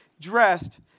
dressed